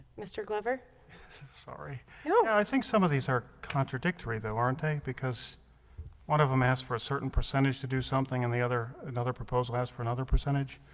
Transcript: mr. glover sorry, you know i think some of these are contradictory though aren't they because one of them asked for a certain percentage to do something and the other another proposal asked for another percentage